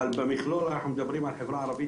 אבל במכלול אנחנו מדברים על חברה ערבית